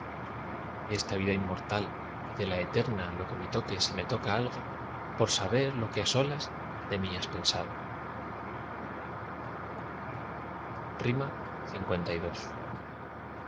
esta vida mortal y de la eterna lo que me toque si me toca algo por saber lo que á solas de mí has pensado lii olas